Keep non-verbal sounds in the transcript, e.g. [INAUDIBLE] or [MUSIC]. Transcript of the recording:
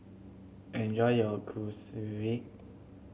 enjoy your [UNINTELLIGIBLE]